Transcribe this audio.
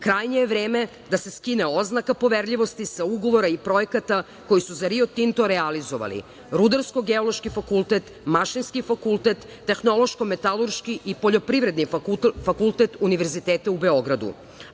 otpada. Krajnje je vreme da se skine oznaka poverljivosti sa ugovora i projekata koji su za "Rio Tinto" realizovali Rudarsko-geološki fakultet, Mašinski fakultet, Tehnološko-metalruški i Poljoprivredni fakultet Univerziteta u Beogradu,